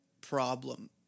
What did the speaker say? problem